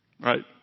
Right